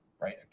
Right